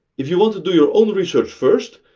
if you want to do your own research first,